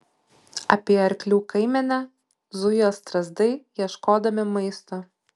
apie arklių kaimenę zujo strazdai ieškodami maisto